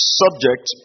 subject